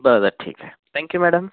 बरं ठीक आहे थँक यू मॅडम